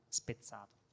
spezzato